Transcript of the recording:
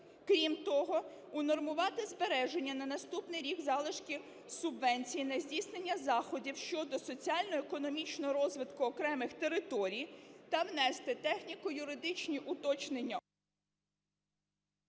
Крім того, унормувати збереження на наступний рік залишки субвенцій на здійснення заходів щодо соціально-економічного розвитку окремих територій та внести техніко-юридичні уточнення...